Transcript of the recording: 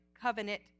covenant